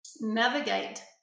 navigate